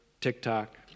TikTok